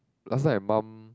last time my mum